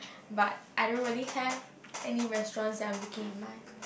but I don't really have any restaurant that I am looking in mind